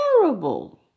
terrible